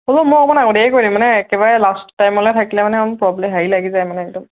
হ'লেও মই অকণমান আগতীয়াকৈ কৰিম মানে একেবাৰে লাষ্ট টাইমলৈ থাকিলে মানে অকণমান প্ৰ'ব্লম হেৰি লাগি যায় মানে একদম